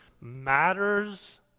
matters